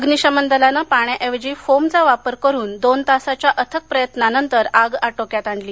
अग्निशमन दलाने पाण्याऐवजी फोमचा वापर करून दोन तासांच्या अथक प्रयत्नानंतर आग आटोक्यात आणली